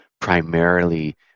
primarily